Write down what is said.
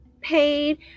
paid